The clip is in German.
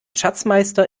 schatzmeister